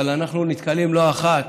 אבל אנחנו נתקלים לא אחת